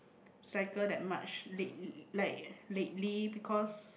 cycle that much late like lately because